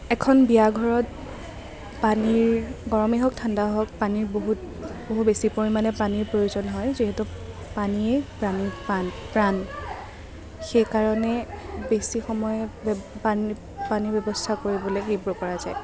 এখন বিয়া ঘৰত পানীৰ গৰমে হওক ঠাণ্ডাই হওক পানীৰ বহুত বহু বেছি পৰিমাণে পানীৰ প্ৰয়োজন হয় যিহেতু পানীয়েই প্ৰাণীৰ পান প্ৰাণ সেইকাৰণে বেছি সময় বে পানীৰ ব্যৱস্থা কৰিবলৈ সেইবোৰ কৰা যায়